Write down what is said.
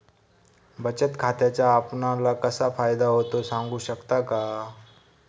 बचत खात्याचा आपणाला कसा फायदा होतो? सांगू शकता का?